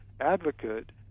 advocate